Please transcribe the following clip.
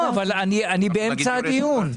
לא, אנחנו באמצע דיון.